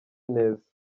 neza